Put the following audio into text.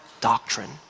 doctrine